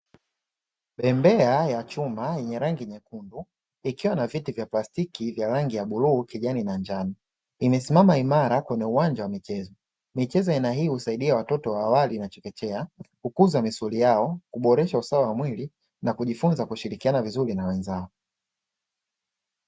Bembea ya chuma yenye rangi nyekundu, ikiwa na viti vya plastiki vya rangi ya bluu, kijani na njano, imesimama imara kwenye uwanja wa michezo. Michezo ya aina hii husaidia watoto wa awali na chekechea kukuza misuli yao, kuboresha usawa wa mwili na kujifunza kushirikiana vizuri na wenzao.